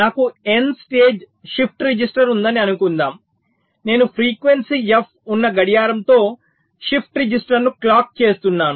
నాకు n stage shift register ఉందని అనుకుందాం నేను ఫ్రీక్వెన్సీ f ఉన్న గడియారంతో షిఫ్ట్ రిజిస్టర్ను క్లాక్ చేస్తున్నాను